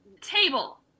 Table